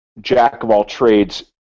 jack-of-all-trades